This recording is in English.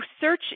search